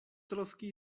troski